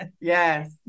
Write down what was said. Yes